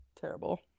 Terrible